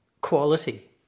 quality